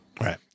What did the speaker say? Right